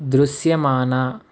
దృశ్యమాన